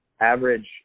average